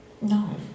No